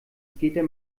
skater